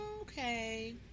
Okay